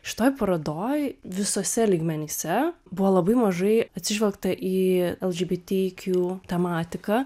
šitoj parodoj visuose lygmenyse buvo labai mažai atsižvelgta į lgbt kju tematiką